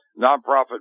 nonprofit